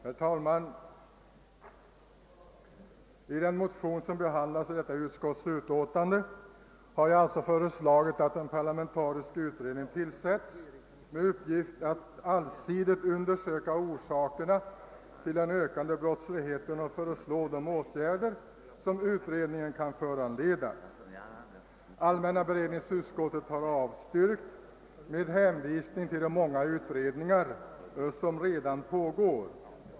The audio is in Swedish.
Herr talman! I den motion som behandlas i detta utskottsutlåtande har jag föreslagit att en parlamentarisk utredning tillsätts med uppgift att allsidigt undersöka orsakerna till den ökande brottsligheten och föreslå de åtgärder som utredningen kan föranleda. Allmänna beredningsutskottet har av styrkt med hänvisning till de många utredningar som redan pågår.